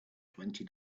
twenty